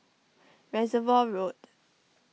Reservoir Road